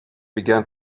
began